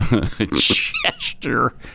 gesture